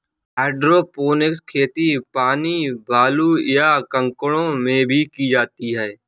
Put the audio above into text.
hydroponics खेती पानी, बालू, या कंकड़ों में की जाती है